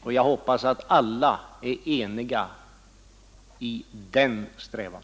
och jag hoppas att alla är eniga i denna strävan.